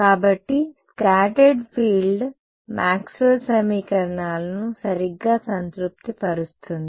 కాబట్టి scattered field Maxwell సమీకరణాలను సరిగ్గా సంతృప్తి పరుస్తుంది